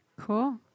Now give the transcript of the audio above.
Cool